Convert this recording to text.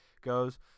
goes